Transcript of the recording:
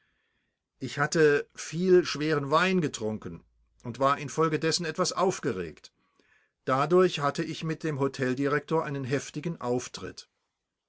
ich hatte viel schweren wein getrunken und war infolgedessen etwas aufgeregt dadurch hatte ich mit dem hoteldirektor einen heftigen auftritt